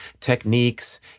techniques